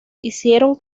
hicieron